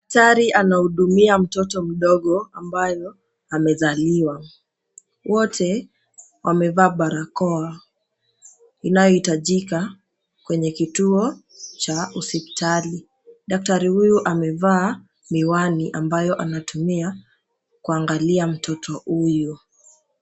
Daktari anahudumia mtoto mdogo ambayo amezaliwa. Wote wamevaa barakoa inayohitajika kwenye kituo cha hospitali. Daktari huyu amevaa miwani ambayo anatumia kuangalia mtoto huyu.